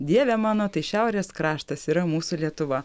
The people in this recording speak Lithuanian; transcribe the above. dieve mano tai šiaurės kraštas yra mūsų lietuva